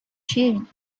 sharing